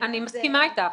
אני מסכימה אתך,